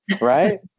Right